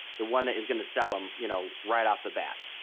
the one that is going to sell them you know right off the bat.